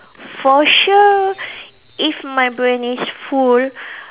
for sure if my brain is full